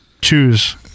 choose